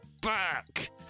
back